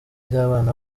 ry’abana